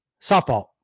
Softball